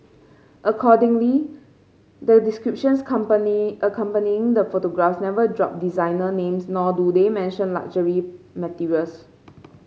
accordingly the descriptions accompanying the photographs never drop designer names nor do they mention luxury materials